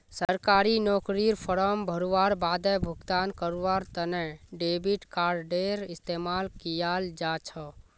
सरकारी नौकरीर फॉर्म भरवार बादे भुगतान करवार तने डेबिट कार्डडेर इस्तेमाल कियाल जा छ